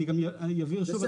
אני גם אעביר שוב,